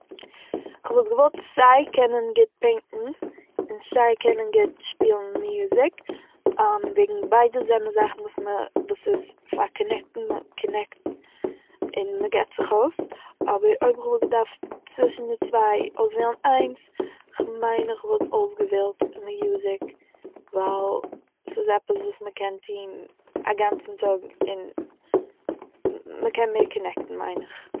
כ'וואלט געוואלט סיי קענען גוט פעינטן און סיי קענען גוט שפילן מיוזיק, וועגן ביידע זענען זאכן וואס מ'ה- וואס איז, פאר קאנעקטן- קאנעקט און מ'געט זיך אויס, אבער אויב איך וואלט געדארפט צווישן די צוויי אויסוועלן איינס, כ'מיין איך וואלט אויסגעוועלט מיוזיק ווייל ס'איז עפעס וואס מען קען טוהן א גאנצן טאג און מ'קען מער קאנעקטן, מיין איך